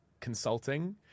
consulting